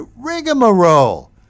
rigmarole